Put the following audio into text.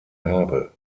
habe